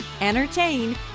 entertain